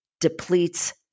depletes